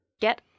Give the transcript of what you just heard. get